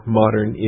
modern